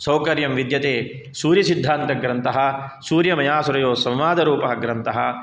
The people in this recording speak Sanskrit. सौकर्यं विद्यते सूर्यसिद्धान्तग्रन्थः सूर्यमयासुरयोस्संवादरूपा ग्रन्तः